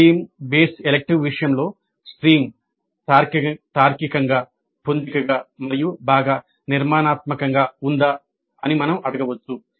stream base electives విషయంలో stream తార్కికంగా పొందికగా మరియు బాగా నిర్మాణాత్మకంగా ఉందా అని మనం అడగవచ్చు